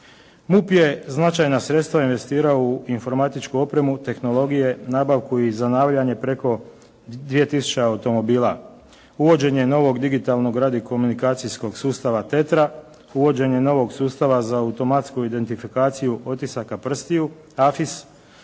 MUP je značajna sredstva investirao u informatičku opremu, tehnologije, nabavku i …/Govornik se ne razumije./… 2000 automobila. Uvođenje novog digitalnog radiokomunikacijskog sustava …/Govornik se ne razumije./… uvođenje novog sustava za automatsku identifikaciju otisaka prstiju,